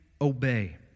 obey